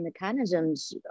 mechanisms